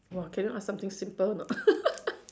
!wah! can you ask something simple or not